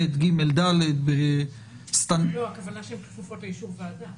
ב', ג', ד'- -- הכוונה שהן כפופות לאישור ועדה.